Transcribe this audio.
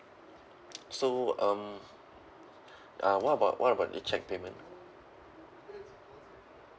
so um uh what about what about the check payment mm